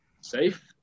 safe